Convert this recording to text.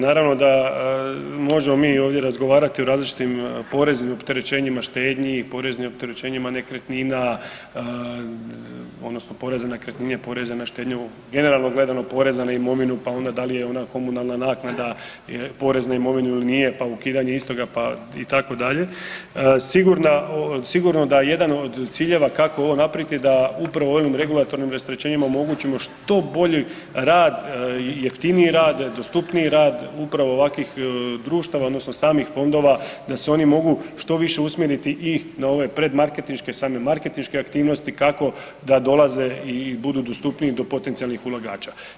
Naravno da možemo mi ovdje razgovarati o različitim poreznim opterećenjima, štednji i poreznim opterećenjima nekretnina odnosno poreza na nekretnine, poreza na štednju, generalno gledano poreza na imovinu, pa onda da li je ona komunalna naknada porez na imovinu ili nije pa ukidanje istoga itd. sigurno da jedan od ciljeva kako ovo napraviti je da upravo ovim regulatornim rasterećenjima omogućimo što bolji rad, jeftiniji rad, dostupniji rad upravo ovakvih društava odnosno samih fondova da se oni mogu što više usmjeriti i na ove pred marketinške, same marketinške aktivnosti kako da dolaze i budu dostupniji do potencijalnih ulagača.